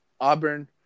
Auburn